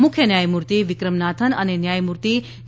મુખ્ય ન્યાયમૂર્તિ વિક્રમ નાથન અને ન્યાયમૂર્તિ જે